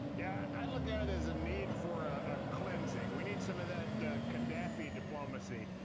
yeah, i look at it as a need for a cleansing. we need some of that gaddafi diplomacy,